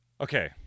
okay